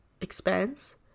expense